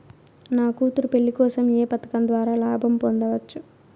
నా కూతురు పెళ్లి కోసం ఏ పథకం ద్వారా లాభం పొందవచ్చు?